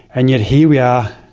and yet here we are,